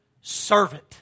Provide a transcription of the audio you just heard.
servant